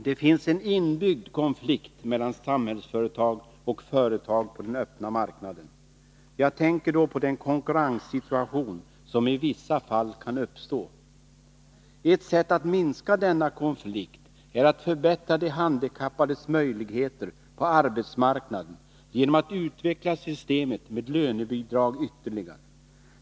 Det finns en inbyggd konflikt mellan Samhällsföretag och företag på den öppna marknaden. Jag tänker då på den konkurrenssituation som i vissa fall kan uppstå. Ett sätt att minska denna konflikt är att förbättra de handikappades möjligheter på arbetsmarknaden genom att utveckla systemet med lönebidrag ytterligare.